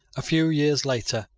a few years later,